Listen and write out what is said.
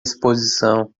exposição